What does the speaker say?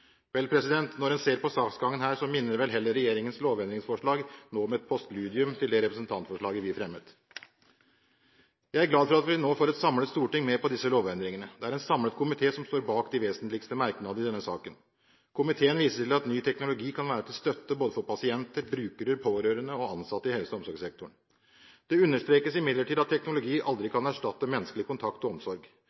vel heller regjeringens lovendringsforslag nå om et postludium til det representantforslaget vi fremmet. Jeg er glad vi nå får et samlet storting med på disse lovendringene. Det er en samlet komité som står bak de vesentligste merknadene i denne saken. Komiteen viser til at ny teknologi kan være til støtte både for pasienter, brukere, pårørende og ansatte i helse- og omsorgssektoren. Det understrekes imidlertid at teknologi aldri kan erstatte menneskelig kontakt og omsorg,